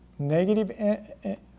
Negative